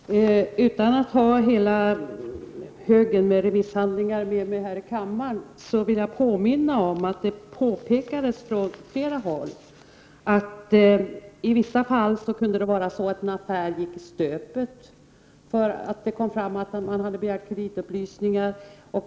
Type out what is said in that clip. Herr talman! Utan att ha hela högen med remisshandlingar med mig här i kammaren, vill jag påminna om att det påpekades från flera håll att det i vissa fall kunde vara så att en affär gick i stöpet därför att det kom fram att man hade begärt kreditupplysningar.